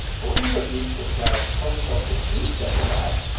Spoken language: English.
but we're going to go deep with a guy who calls himself the sleep diplomat,